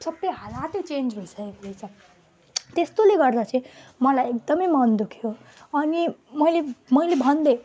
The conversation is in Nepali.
सबै हालतै चेन्ज भइसकेको रहेछ त्यस्तोले गर्दा चाहिँ मलाई एकदमै मन दुख्यो अनि मैले मैले भनिदिएँ